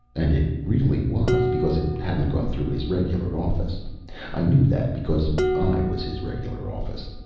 and it really was, because it hadn't gone through his regular office i knew that because i was his regular office.